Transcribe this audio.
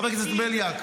חבר הכנסת בליאק,